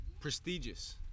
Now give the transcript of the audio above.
Prestigious